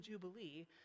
Jubilee